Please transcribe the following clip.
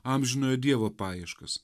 amžinojo dievo paieškas